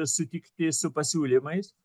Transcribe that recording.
sutikti su pasiūlymais